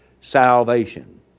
salvation